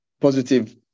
positive